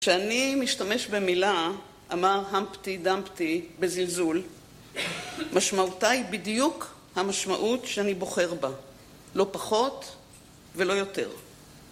כשאני משתמש במילה, אמר האמפטי דאמפטי בזלזול, משמעותיי בדיוק המשמעות שאני בוחר בה, לא פחות ולא יותר